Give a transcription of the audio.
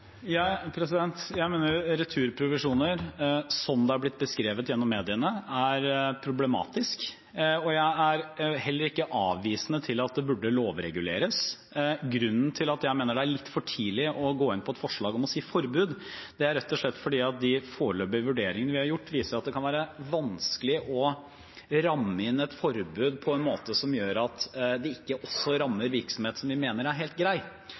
Jeg mener returprovisjoner, som det er blitt beskrevet i mediene, er problematisk, og jeg er heller ikke avvisende til at det burde lovreguleres. Grunnen til at jeg mener det er litt for tidlig å gå inn på et forslag om forbud, er rett og slett at de foreløpige vurderingene vi har gjort, viser at det kan være vanskelig å ramme inn et forbud på en måte som gjør at det ikke også rammer virksomhet som vi mener er helt grei.